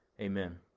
amen